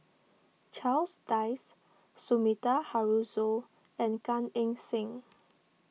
Charles Dyce Sumida Haruzo and Gan Eng Seng